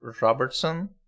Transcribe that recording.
Robertson